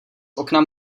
okna